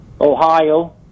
Ohio